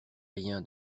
rien